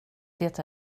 det